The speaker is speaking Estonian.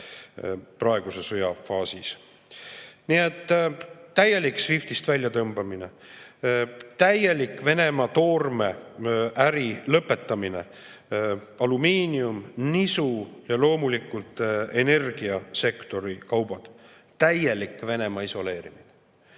praeguses sõja faasis. Nii et täielik SWIFT-ist väljatõmbamine, täielik Venemaa toormeäri lõpetamine – alumiinium, nisu ja loomulikult energiasektori kaubad –, täielik Venemaa isoleerimine.